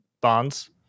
bonds